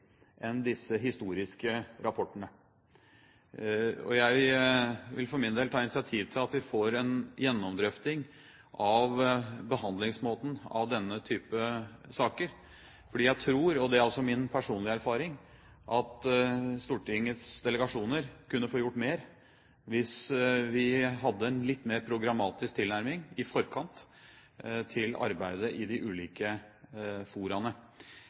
enn disse historiske rapportene. Jeg vil for min del ta initiativ til at vi får en gjennomdrøfting av behandlingsmåten av denne typen saker, for jeg tror – og det er også min personlige erfaring – at Stortingets delegasjoner kunne få gjort mer hvis vi i forkant hadde en litt mer programmatisk tilnærming til arbeidet i de ulike foraene.